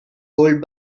hold